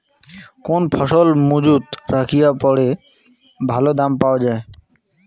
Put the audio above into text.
কোন ফসল মুজুত রাখিয়া পরে ভালো দাম পাওয়া যায়?